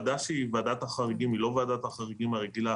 ועדת החריגים היא לא ועדת החריגים הרגילה,